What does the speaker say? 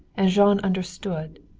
and jean understood.